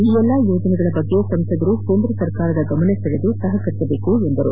ಈ ಎಲ್ಲ ಯೋಜನೆಗಳ ಬಗ್ಗೆ ಸಂಸದರು ಕೇಂದ್ರ ಸರ್ಕಾರದ ಗಮನಸೆಳೆದು ಸಹಕರಿಸಬೇಕು ಎಂದರು